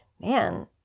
man